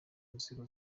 nzego